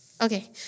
Okay